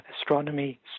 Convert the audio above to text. astronomy